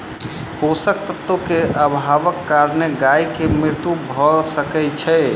पोषक तत्व के अभावक कारणेँ गाय के मृत्यु भअ सकै छै